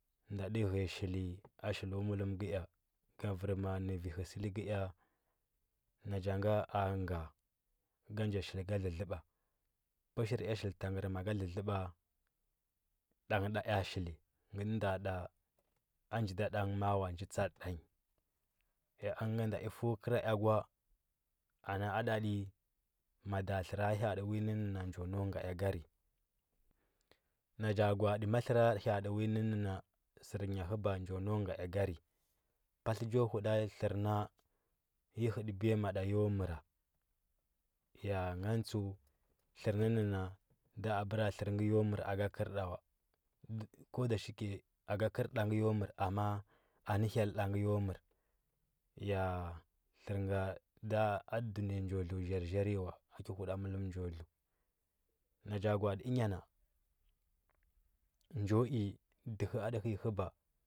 Nda tə ghtya shili tagarma aku mələm kə ea, gauərma nə vi həsli kə ea gauərma nə vi həsəli kə e ana cha nga a nga ea shili lo ləɓa, pəshir ea shili ta nge tə nda da aji ɗa dan maa wat sad tanyi ya əngə tlere ha. atə vui nə nan jo nau ga, a karə na cha gwa’atə ma tləra ha. at iwi nənə tlər nya həba njo nau ga. a karə patlə cho huda thər na yi hətə biyama da yo məra ya ngan tsəu tlər nə na da abəra tlər nge yo məra aka kərda wo ko ɗa shike anə kəeda ngt yo məra amma a nə hyel da nge yo məra amma a nə hyel da nge yo məra ya da tə ɗunəya njo dləu zhar nyi wa ki huda məllam njo dləwa na cha ga, atə dnya nan jo i dəhə atə həi həba,